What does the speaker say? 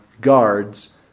guards